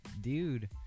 dude